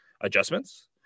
adjustments